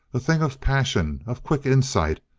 a thing of passion, of quick insight,